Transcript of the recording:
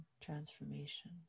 transformation